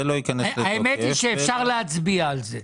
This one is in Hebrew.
זה לא ייכנס לתוקף --- האמת היא שאפשר להצביע על זה.